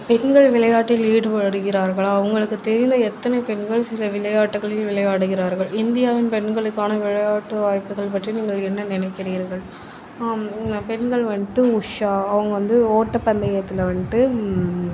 பெண்கள் விளையாட்டில் ஈடுபடுகிறார்களா உங்களுக்கு தெரிந்த எத்தனை பெண்கள் சில விளையாட்டுகளில் விளையாடுகிறார்கள் இந்தியாவின் பெண்களுக்கான விளையாட்டு வாய்ப்புகள் பற்றி நீங்கள் என்ன நினைக்கிறீர்கள் பெண்கள் வந்துட்டு உஷா அவங்க வந்து ஓட்ட பந்தயத்தில் வந்துட்டு